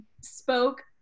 spoke